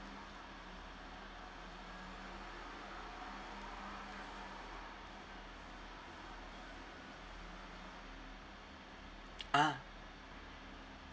ah